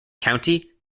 county